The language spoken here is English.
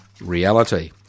reality